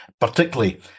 particularly